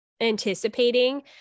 anticipating